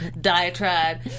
diatribe